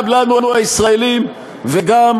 גם לנו הישראלים וגם,